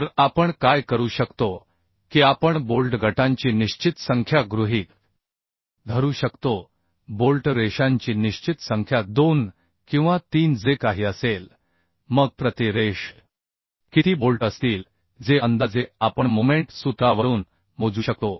तर आपण काय करू शकतो की आपण बोल्ट गटांची निश्चित संख्या गृहीत धरू शकतो बोल्ट रेषांची निश्चित संख्या 2 किंवा 3 जे काही असेल मग प्रति रेष किती बोल्ट असतील जे अंदाजे आपण मोमेंट सूत्रावरून मोजू शकतो